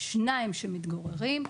שניים שמתגוררים,